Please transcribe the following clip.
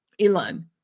Elon